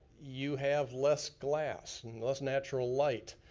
you have less glass and less natural light.